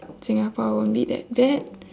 singapore won't be that bad